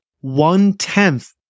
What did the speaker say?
one-tenth